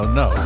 no